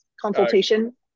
Consultation